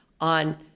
on